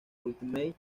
ultimate